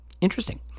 Interesting